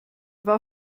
war